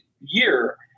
year